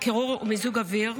קירור ומיזוג אוויר.